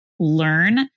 learn